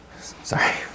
sorry